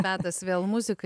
metas vėl muzikai